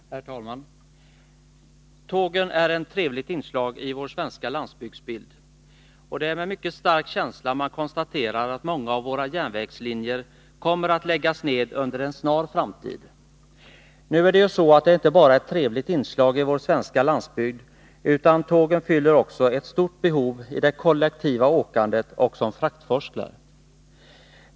Herr talman! Tågen är ett trevligt inslag i vår svenska landsbygdsbild, och det är med mycket stark känsla man konstaterar att många av våra järnvägslinjer kommer att läggas ned inom en snar framtid. Nu är det ju så, att tågen inte bara är ett trevligt inslag i vår svenska landsbygd, utan de fyller också ett stort behov i det kollektiva åkandet och som fraktforslare.